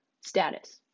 status